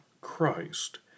Christ